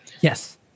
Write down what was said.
Yes